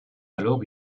alors